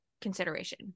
consideration